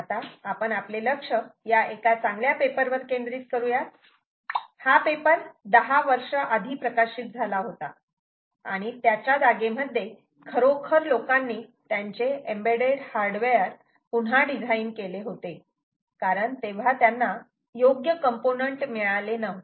आता आपण आपले लक्ष या एका चांगल्या पेपर वर केंद्रित करूयात हा पेपर दहा वर्षं आधी प्रकाशित झाला होता आणि त्याच्या जागेमध्ये खरोखर लोकांनी त्यांचे एम्बेड्डेड हार्डवेअर पुन्हा डिझाईन केले होते कारण तेव्हा त्यांना योग्य कॉम्पोनन्ट मिळाले नव्हते